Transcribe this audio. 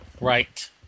Right